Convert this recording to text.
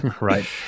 Right